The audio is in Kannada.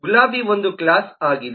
ಗುಲಾಬಿ ಒಂದು ಕ್ಲಾಸ್ ಆಗಿದೆ